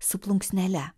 su plunksnele